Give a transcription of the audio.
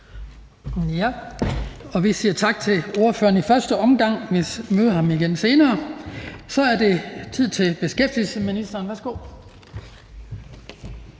Vi siger tak til ordføreren i første omgang. Vi møder ham igen senere. Så er det tid til beskæftigelsesministeren. Værsgo.